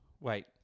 Wait